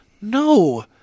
No